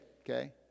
okay